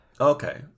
Okay